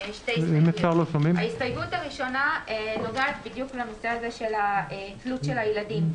ההסתייגות הראשונה נוגעת לנושא של תלות הילדים.